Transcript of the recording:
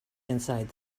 inside